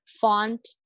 font